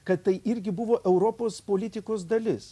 kad tai irgi buvo europos politikos dalis